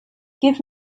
give